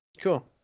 Cool